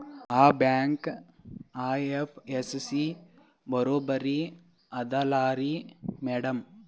ಆ bank IFSC ಬರೊಬರಿ ಅದಲಾರಿ ಮ್ಯಾಡಂ?